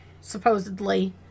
supposedly